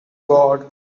god